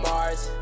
Mars